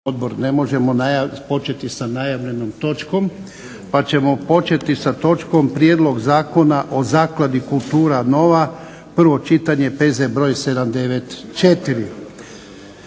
ne možemo početi sa najavljenom točkom pa ćemo početi sa točkom - Prijedlog zakona o zakladi "Kultura nova", prvo čitanje, P.Z. BR. 794.